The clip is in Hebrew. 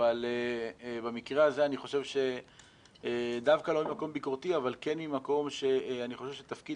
אבל במקרה הזה דווקא לא ממקום ביקורתי אבל כן ממקום שאני חושב שתפקיד